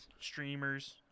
streamers